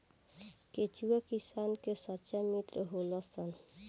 केचुआ किसान के सच्चा मित्र होलऽ सन